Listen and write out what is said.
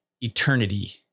eternity